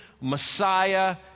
Messiah